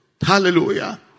Hallelujah